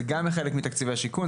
זה גם חלק מתקציבי השיכון,